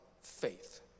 faith